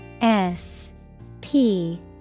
S-P-